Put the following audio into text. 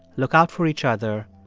look out for each other.